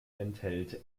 enthält